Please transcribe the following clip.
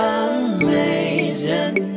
amazing